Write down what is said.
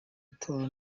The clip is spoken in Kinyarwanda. gutora